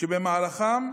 ובמהלכם,